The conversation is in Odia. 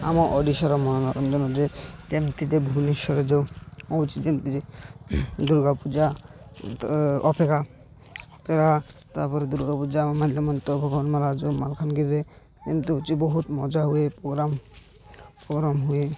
ଆମ ଓଡ଼ିଶାର ମନୋରଞ୍ଜନ ଯେ ଯେମିତି ଯେ ଭୁବନେଶ୍ୱର ଯେଉଁ ହେଉଛି ଯେମିତି ଦୁର୍ଗା ପୂଜା ଅପେରା ଅପେରା ତା'ପରେ ଦୁର୍ଗା ପୂଜା ମାଲକାନଗିରିରେ ଯେମିତି ହେଉଛି ବହୁତ ମଜା ହୁଏ ପ୍ରୋଗ୍ରାମ୍ ପ୍ରୋଗ୍ରାମ୍ ହୁଏ